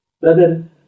Brother